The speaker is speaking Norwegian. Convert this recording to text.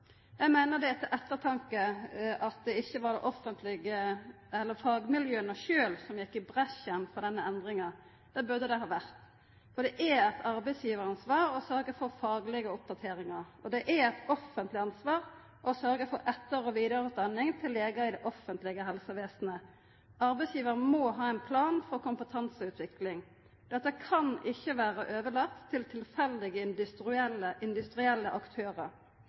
Eg meiner det er til ettertanke at det ikkje var det offentlege eller fagmiljøa sjølve som gjekk i bresjen for denne endringa. Det burde det ha vore. For det er eit arbeidsgivaransvar å sørgja for faglege oppdateringar. Det er eit offentleg ansvar å sørgja for etter- og vidareutdanning til legar i det offentlege helsevesenet. Arbeidsgivaren må ha ein plan for kompetanseutvikling. Dette kan ikkje vera overlate til tilfeldige industrielle aktørar.